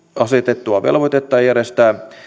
asetettua velvoitetta järjestää